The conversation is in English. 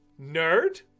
nerd